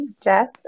Jess